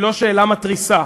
היא לא שאלה מתריסה,